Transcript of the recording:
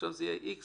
ועכשיו זה יהיה X